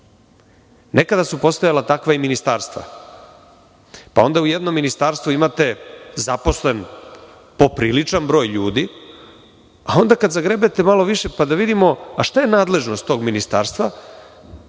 su postojala i takva ministarstva, pa onda u jednom ministarstvu imate popriličan broj ljudi, a onda kada zagrebete malo više, da vidimo šta je nadležnost tog ministarstva,